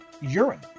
Urine